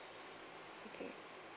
okay